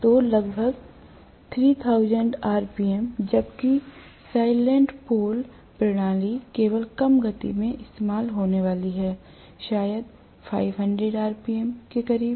तो लगभग 3000 आरपीएम जबकि सेल्यन्ट पोल प्रणाली केवल कम गति में इस्तेमाल होने वाली है शायद 500 आरपीएम के करीब